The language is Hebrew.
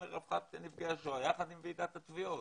לרווחת ניצולי השואה יחד עם ועידת התביעות.